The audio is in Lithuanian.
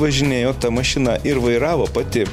važinėjo ta mašina ir vairavo pati